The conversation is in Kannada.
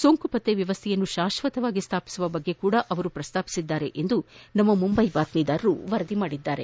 ಸೋಂಕು ಪತ್ತೆ ವ್ಯವಸ್ಥೆಯನ್ನು ಶಾಶ್ವತವಾಗಿ ಸ್ಣಾಪಿಸುವ ಬಗ್ಗೆಯೂ ಅವರು ಪ್ರಸ್ತಾಪಿಸಿದ್ದಾಗಿ ನಮ್ಮ ಮುಂಬೈ ಬಾತ್ಮೀದಾರರು ವರದಿ ಮಾಡಿದ್ದಾರೆ